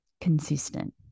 consistent